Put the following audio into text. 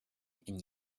and